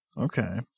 Okay